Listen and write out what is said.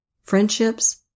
friendships